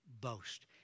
boast